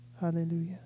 Hallelujah